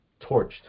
torched